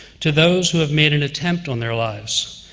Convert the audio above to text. to those who have made an attempt on their lives,